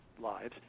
lives